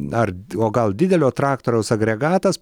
ar o gal didelio traktoriaus agregatas